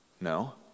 No